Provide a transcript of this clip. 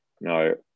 no